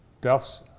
Deaths